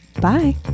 Bye